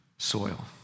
soil